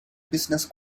business